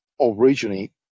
originally